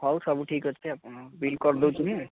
ହେଉ ସବୁ ଠିକ୍ ଅଛି ଆପଣ ବିଲ୍ କରିଦେଇଥିବେ